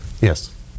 Yes